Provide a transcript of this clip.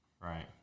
Right